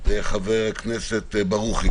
חבר הכנסת ברוכי.